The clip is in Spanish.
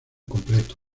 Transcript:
completo